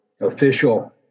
official